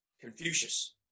confucius